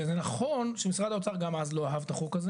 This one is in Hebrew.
זה נכון שמשרד האוצר גם אז לא אהב את החוק הזה